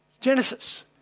Genesis